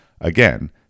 again